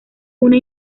una